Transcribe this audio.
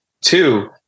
Two